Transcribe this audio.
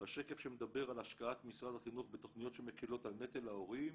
בשקף שמדבר על השקעת משרד החינוך בתוכניות שמקלות על נטל ההורים,